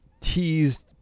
teased